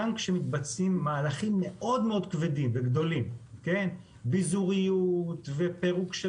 גם כשמתבצעים מהלכים מאוד כבדים וגדולים ביזוריות ופירוק של